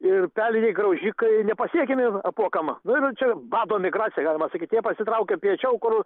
ir peliniai graužikai nepasiekiami apuokam nu ir čia bado migracija galima sakyt jie pasitraukia piečiau kur